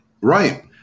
Right